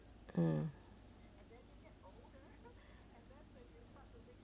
mm